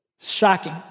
shocking